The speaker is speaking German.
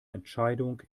entscheidung